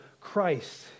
Christ